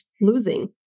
losing